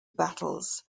battles